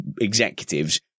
executives